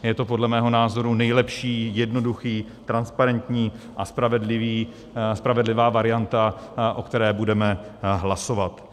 Je to podle mého názoru nejlepší, jednoduchá, transparentní a spravedlivá varianta, o které budeme hlasovat.